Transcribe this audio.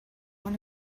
one